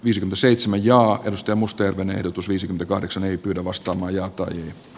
isiv seitsemän ja edusti mustajärven ehdotus viisi kahdeksan ei pyydä vastamajaa tai